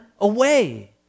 away